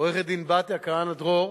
עורכת-הדין בתיה כהנא-דרור,